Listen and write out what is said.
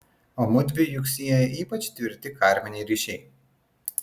o mudvi juk sieja ypač tvirti karminiai ryšiai